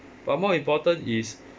but more important is